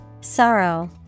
Sorrow